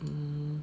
mm